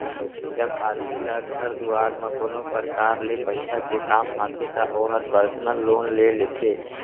जब आदमी ल घर दुवार म कोनो परकार ले पइसा के काम आथे त ओहर पर्सनल लोन ले लेथे